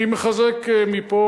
אני מחזק מפה,